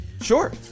Sure